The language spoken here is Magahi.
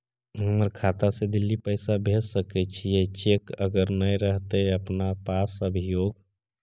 हमर खाता से दिल्ली पैसा भेज सकै छियै चेक अगर नय रहतै अपना पास अभियोग?